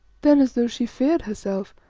then, as though she feared herself,